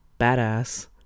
Badass